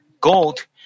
gold